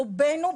רובינו,